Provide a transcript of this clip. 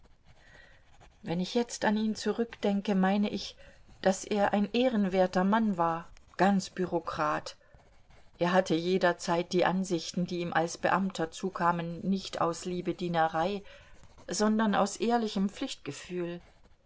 wenn ich jetzt an ihn zurückdenke meine ich daß er ein ehrenwerter mann war ganz bureaukrat er hatte jederzeit die ansichten die ihm als beamter zukamen nicht aus liebedienerei sondern aus ehrlichem pflichtgefühl